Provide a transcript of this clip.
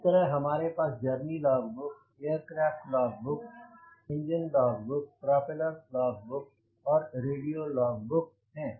इस तरह हमारे पास हैं journey log book aircraft log book engine log book propeller log book and radio log book हैं